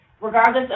regardless